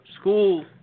school